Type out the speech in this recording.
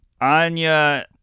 Anya